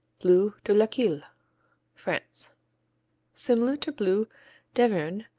bleu de laqueuille france similar to bleu d'auvergne,